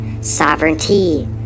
sovereignty